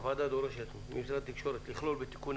הוועדה דורשת ממשרד התקשורת לכלול בתיקוני